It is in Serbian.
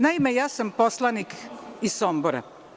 Naime, ja sam poslanik iz Sombora.